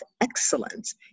excellence